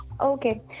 Okay